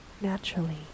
Naturally